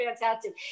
fantastic